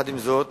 עם זאת,